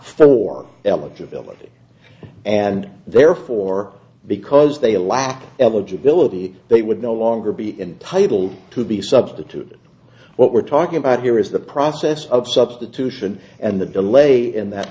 for eligibility and therefore because they lack of ability they would no longer be entitle to be substituted what we're talking about here is the process of substitution and the delay in that